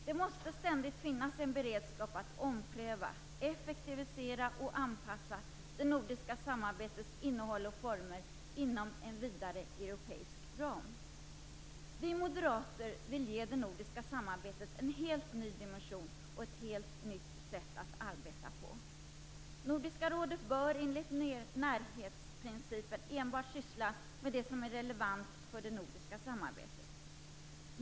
Det måste ständigt finnas en beredskap att ompröva, effektivisera och anpassa det nordiska samarbetets innehåll och former inom en vidare europeisk ram. Vi moderater vill ge det nordiska samarbetet en helt ny dimension. Vi vill att man arbetar på ett helt nytt sätt. Nordiska rådet bör enligt närhetsprincipen enbart syssla med det som är relevant för det nordiska samarbetet.